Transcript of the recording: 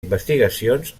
investigacions